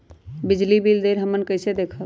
बिजली बिल देल हमन कईसे देखब?